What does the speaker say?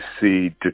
see